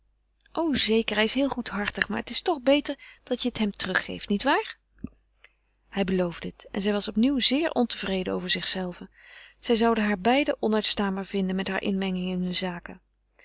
o zeker hij is heel goedhartig maar het is toch beter dat je het hem terug geeft niet waar hij beloofde het en zij was opnieuw zeer ontevreden over zichzelve zij zouden haar beiden onuitstaanbaar vinden met hare inmenging in hunne zaken